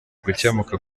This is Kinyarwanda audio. gukemuka